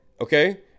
Okay